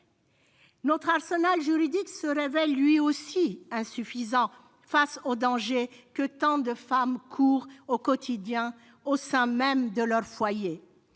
Notre arsenal juridique se révèle lui aussi insuffisant face aux dangers que tant de femmes courent au quotidien au sein même de leur foyer.